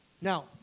Now